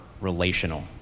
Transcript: relational